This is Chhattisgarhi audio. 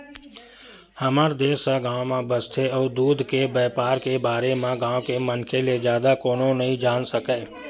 हमर देस ह गाँव म बसथे अउ दूद के बइपार के बारे म गाँव के मनखे ले जादा कोनो नइ जान सकय